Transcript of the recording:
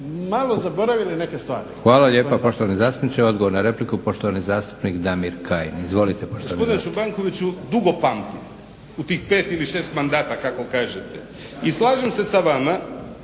malo zaboravili neke stvari. **Leko, Josip (SDP)** Hvala lijepa poštovani zastupniče. Odgovor na repliku, poštovani zastupnik Damir Kajin. Izvolite poštovani